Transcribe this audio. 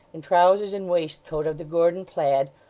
and trousers and waistcoat of the gordon plaid,